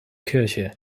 kirche